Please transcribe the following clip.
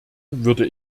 würde